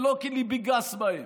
ולא כי ליבי גס בהם,